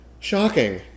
Shocking